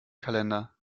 kalender